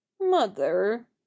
mother